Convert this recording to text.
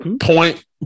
Point